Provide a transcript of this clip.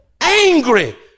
angry